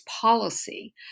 policy